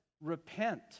repent